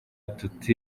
tuti